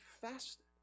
fasted